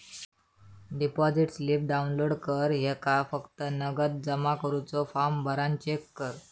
deposit slip download कर ह्येका फक्त नगद जमा करुचो फॉर्म भरान चेक कर